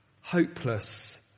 hopeless